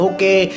Okay